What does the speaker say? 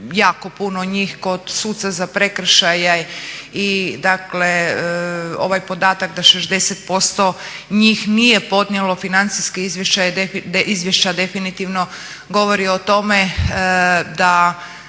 jako puno njih kod suca za prekršaj i ovaj podatak da 60% njih nije podnijelo financijske izvješća definitivno govori o tome da